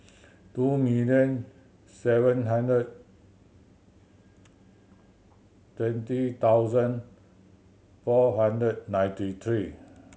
two million seven hundred twenty thousand four hundred ninety three